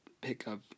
pickup